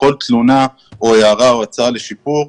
וכל תלונה או הערה או הצעה לשיפור,